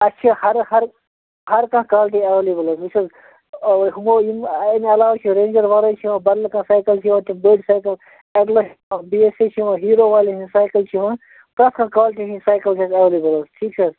اَسہِ چھِ ہَر ہر ہر کانٛہہ کالٹی ایولیبل حظ وٕچھ حظ ہُمو یِم اَمہِ علاوٕ چھِ رینجَر وَرٲے چھِ یِوان بدل کانٛہہ سایکل چھِ یِوان تِم بٔڑۍ سایکٕل اٮ۪ڈل چھِ بی اٮ۪س سی چھِ یِوان ہیٖرو والٮ۪ن ہِنٛدۍ سایکَل چھِ یِوان پریتھ کانٛہہ کالٹی ہِنٛز سایکَل چھِ اَ ایولیبل ٹھیٖک چھا حظ ٹھیٖک چھا حظ